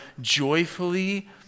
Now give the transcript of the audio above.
joyfully